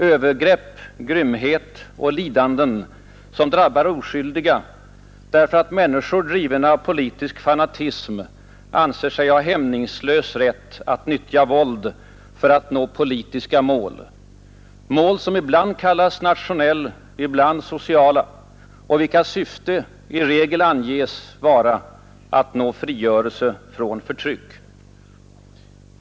Övergrepp, grymheter och lidanden som drabbar oskyldiga därför att människor drivna av politisk fanatism anser sig ha hämningslös rätt att nyttja våld för att nå politiska mål, mål som ibland kallas nationella, ibland sociala och vilkas syfte i regel anges vara att nå frigörelse från förtryck.